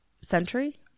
century